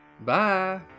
Bye